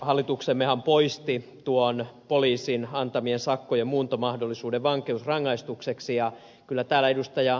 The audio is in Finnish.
hallituksemmehan poisti tuon poliisin antamien sakkojen muuntomahdollisuuden vankeusrangaistukseksi ja kyllä täällä ed